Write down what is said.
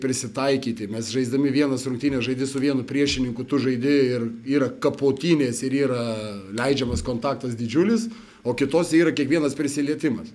prisitaikyti mes žaisdami vienas rungtynes žaidi su vienu priešininku tu žaidi ir yra kapotynės ir yra leidžiamas kontaktas didžiulis o kitose yra kiekvienas prisilietimas